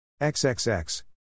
XXX